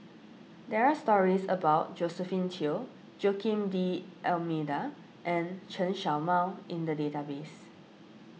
there are stories about Josephine Teo Joaquim D'Almeida and Chen Show Mao in the database